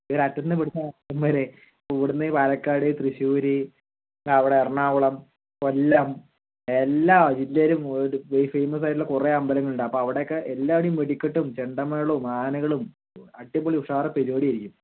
ഒരു അറ്റത്തുന്ന് പിടിച്ചാൽ അങ്ങ് വരെ ഇപ്പം ഇവിടുന്ന് ഈ പാലക്കാട് തൃശ്ശൂര് തന്നെ അവിടെ എർണാകുളം കൊല്ലം എല്ലാ ജില്ലയിലും പോയിട്ട് ഫേയ്മസായിട്ടുള്ള കുറെ അമ്പലങ്ങളുണ്ട് അപ്പോൾ അവിടെയൊക്കെ എല്ലാവിടെയും വെടിക്കെട്ടും ചെണ്ടമേളവും ആനകളും അടിപൊളി ഉഷാറ് പരിപാടിയായിരിക്കും